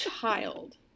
child